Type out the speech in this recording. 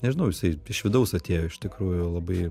nežinau jisai iš vidaus atėjo iš tikrųjų labai